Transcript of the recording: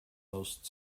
most